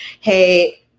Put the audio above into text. Hey